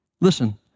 listen